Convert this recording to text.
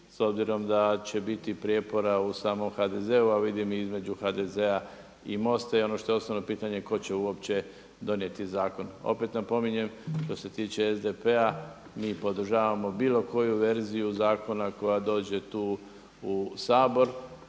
s obzirom da će biti prijepora u samom HDZ-u, a vidim i između HDZ-a i MOST-a. I ono što je osnovno pitanje tko će uopće donijeti zakon. Opet napominjem što se tiče SDP-a mi podržavamo bilo koju verziju zakona koja dođe tu u Sabor.